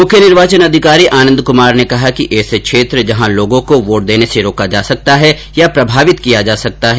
मुख्य निर्वाचन अधिकारी आनन्द कुमार ने कहा कि ऐसे क्षेत्र जहां लोगों को वोट देने से रोका जा सकता है या प्रभावित किया जा सकता हैं